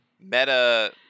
Meta